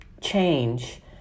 change